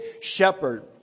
shepherd